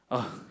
oh